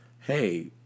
hey